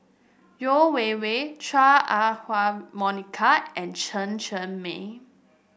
Yeo Wei Wei Chua Ah Huwa Monica and Chen Cheng Mei